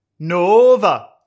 Nova